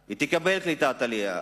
היא תקבל קליטת עלייה,